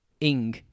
Ing